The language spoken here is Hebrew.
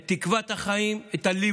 את תקוות החיים, את הליווי.